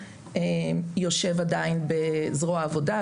יושב עדיין בזרוע העבודה,